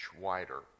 wider